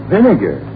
Vinegar